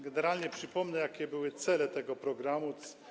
Generalnie przypomnę, jakie były cele tego programu.